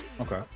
okay